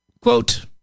quote